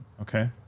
okay